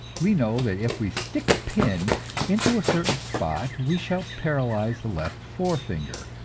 we know that if we stick a pin into a certain spot we shall paralyze the left forefinger.